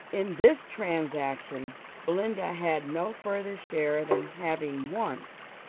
in this transaction belinda had no farther share than having once,